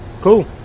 Cool